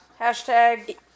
hashtag